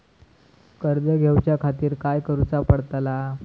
कर्ज घेऊच्या खातीर काय करुचा पडतला?